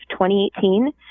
2018